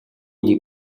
нэг